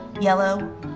yellow